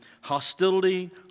hostility